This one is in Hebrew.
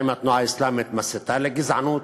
האם התנועה האסלאמית מסיתה לגזענות?